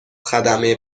خدمه